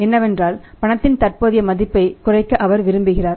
என்னவென்றால் பணத்தின் தற்போதைய மதிப்பைக் குறைக்க அவர் விரும்புகிறார்